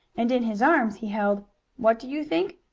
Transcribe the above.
and in his arms he held what do you think?